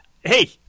Hey